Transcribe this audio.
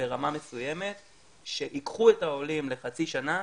ברמה מסוימת שייקחו את העולים לחצי שנה,